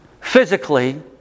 physically